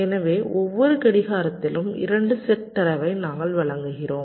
எனவே ஒவ்வொரு கடிகாரத்திலும் 2 செட் தரவை நாங்கள் வழங்குகிறோம்